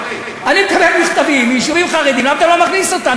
אני מקבל מכתבים מיישובים חרדיים: למה אתה לא מכניס אותנו?